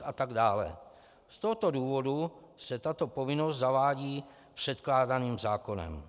Z tohoto důvodu se tato povinnost zavádí předkládaným zákonem.